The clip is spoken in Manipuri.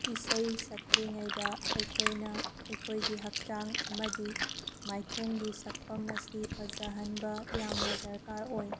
ꯏꯁꯩ ꯁꯛꯂꯤꯉꯩꯗ ꯑꯩꯈꯣꯏꯅ ꯑꯩꯈꯣꯏꯒꯤ ꯍꯛꯆꯥꯡ ꯑꯃꯗꯤ ꯃꯥꯏꯊꯣꯡꯒꯤ ꯁꯛꯐꯝ ꯑꯁꯤ ꯐꯖꯍꯟꯕ ꯌꯥꯝꯅ ꯗ꯭ꯔꯀꯥꯔ ꯑꯣꯏ